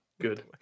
Good